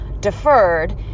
deferred